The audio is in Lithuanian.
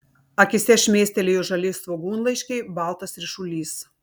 akyse šmėstelėjo žali svogūnlaiškiai baltas ryšulys